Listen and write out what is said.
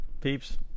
peeps